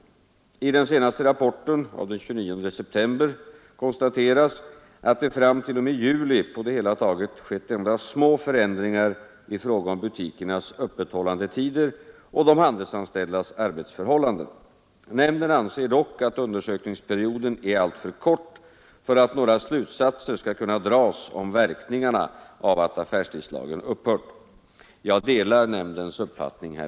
I den senaste rapporten den 29 september 1972 konstateras, att det fram t.o.m. juli på det hela taget skett endast små förändringar i fråga om butikernas öppethållandetider och de handelsanställdas arbetsförhållanden. Nämnden anser dock att undersökningsperioden är alltför kort för att några slutsatser skall kunna Nr 103 dras om verkningarna av att affärstidslagen upphört. Jag delar nämndens Torsdagen den